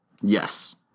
Yes